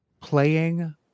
Playing